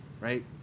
Right